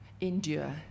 endure